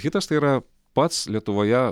hitas tai yra pats lietuvoje